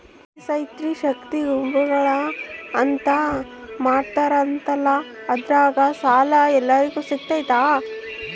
ಈ ಸ್ತ್ರೇ ಶಕ್ತಿ ಗುಂಪುಗಳು ಅಂತ ಮಾಡಿರ್ತಾರಂತಲ ಅದ್ರಾಗ ಸಾಲ ಎಲ್ಲರಿಗೂ ಸಿಗತೈತಾ?